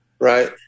Right